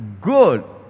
good